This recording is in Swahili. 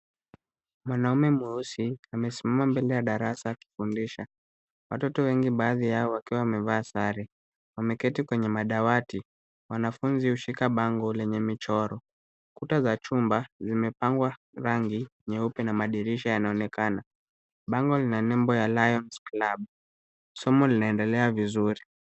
Mwanaume mweusi amesimama mbele ya darasa akifundisha watoto wengi baadhi ya wakiwa wamevaa sare, watoto hawa wameketi kwenye dawati, wanafunzi ushika pango lenye michoro, ukuta za chumba imepakwa rangi nyeupe na madirisha inaonekana pango lina nembo ya LIONS CLUB somo linaendelea vizuri